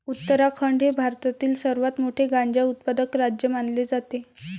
उत्तराखंड हे भारतातील सर्वात मोठे गांजा उत्पादक राज्य मानले जाते